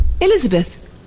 Elizabeth